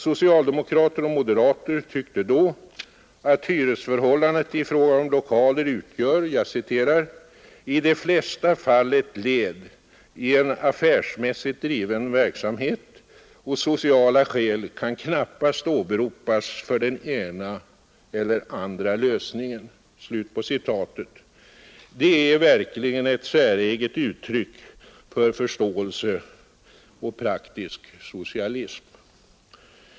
Socialdemokrater och moderater tyckte då att hyresförhållandet i fråga om lokaler utgör ”i de flesta fall ett led i en affärsmässigt driven verksamhet och sociala skäl kan knappast åberopas för den ena eller andra lösningen”. Det är verkligen ett säreget uttryck för förståelse och praktisk socialism.